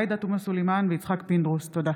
עאידה תומא סלימאן ויצחק פינדרוס בנושא: קיצור